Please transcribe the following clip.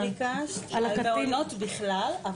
את ביקשת על מעונות בכלל.